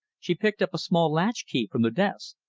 she picked up a small latch-key from the desk.